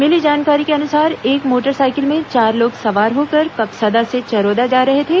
मिली जानकारी के अनुसार एक मोटरसाइकिल में चार लोग सवार होकर कपसदा से चरोदा जा रहे थे